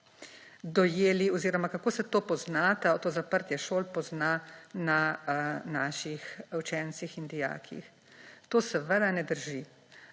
dojeli oziroma kako se to pozna, to zaprtje šol pozna na naših učencih in dijakih. To seveda ne drži.